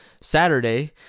Saturday